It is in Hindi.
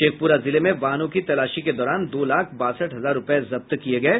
शेखपुरा जिले में वाहनों की तलाशी के दौरान दो लाख बासठ हजार रूपये जब्त किये गये